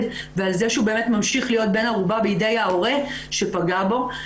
ועל כך שהוא ממשיך להיות בן ערובה בידי ההורה שפגע בו.